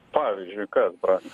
pavyzdžiui kas brangs